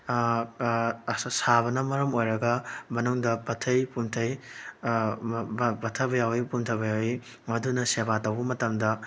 ꯁꯥꯕꯅ ꯃꯔꯝ ꯑꯣꯏꯔꯒ ꯃꯅꯨꯡꯗ ꯄꯠꯊꯩ ꯄꯨꯝꯊꯩ ꯄꯠꯊꯕ ꯌꯥꯎꯋꯤ ꯄꯨꯝꯊꯕ ꯌꯥꯎꯋꯤ ꯃꯗꯨꯅ ꯁꯦꯕꯥ ꯇꯧꯕ ꯃꯇꯝꯗ